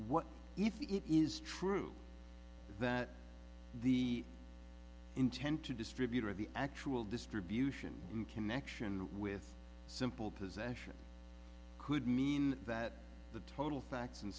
what if it is true that the intent to distribute or the actual distribution in connection with simple possession could mean that the total